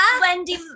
wendy